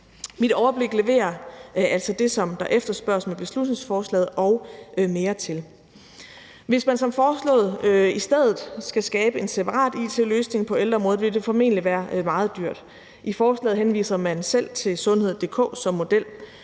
Mit overblik leverer altså det, som der efterspørges med beslutningsforslaget, og mere til. Hvis man som foreslået i stedet skal skabe en separat it-løsning på ældreområdet, vil det formentlig være meget dyrt. I forslaget henviser man selv til sundhed.dk som model,